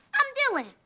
i'm dylan!